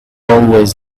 always